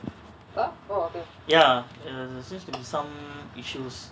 ya the system some issues